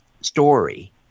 story